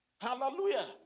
Hallelujah